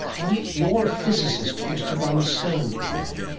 and yet you're a physicist. you used to run cern, did you not?